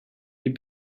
you